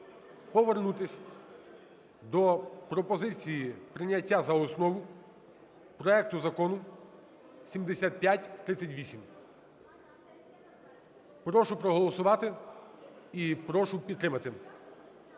повернутись до пропозиції прийняття за основу проекту Закону 7538. Прошу проголосувати і прошу підтримати.